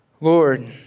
Lord